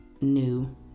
new